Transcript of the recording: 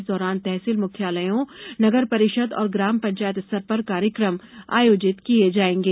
इस दौरान तहसील मुख्यालयों नगर परिषद और ग्राम पंचायत स्तर पर कार्यक्रम आयोजित किये जायेंगे